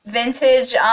vintage